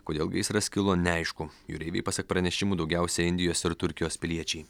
kodėl gaisras kilo neaišku jūreiviai pasak pranešimų daugiausiai indijos ir turkijos piliečiai